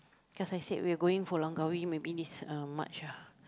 cause I said we're going for Langkawi maybe this uh March ah